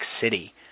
City